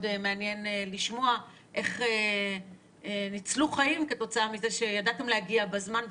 מעניין לשמוע איך ניצלו חיים כתוצאה מזה שידעתם להגיע בזמן,